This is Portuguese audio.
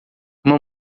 uma